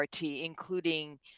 including